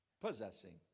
possessing